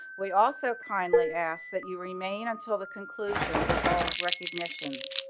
we also kindly ask that you remain until the conclusion of all recognition.